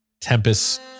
Tempest